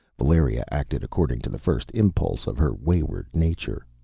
valeria acted according to the first impulse of her wayward nature.